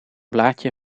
blaadje